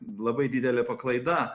labai didelė paklaida